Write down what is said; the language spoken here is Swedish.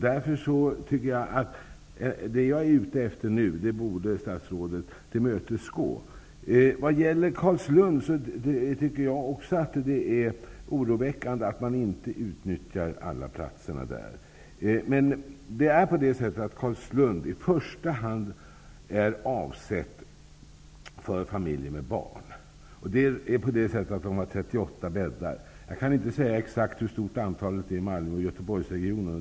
Därför tycker jag att statsrådet borde tillmötesgå det som jag är ute efter nu. Vad gäller Carlslund tycker jag också att det är oroväckande att man inte utnyttjar alla platser. Men det är på det sättet att Carlslund i första hand är avsett för familjer med barn. Där finns 38 bäddar. Jag kan inte exakt säga hur stort antalet är i Malmö och Göteborgsregionen.